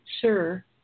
sure